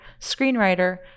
screenwriter